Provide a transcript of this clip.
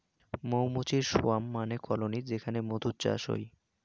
মৌ মুচির সোয়ার্ম মানে কলোনি যেখানে মধুর চাষ হই